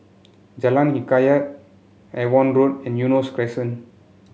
Jalan Hikayat Avon Road and Eunos Crescent